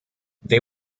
they